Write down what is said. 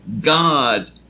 God